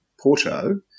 Porto